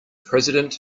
president